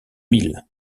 mil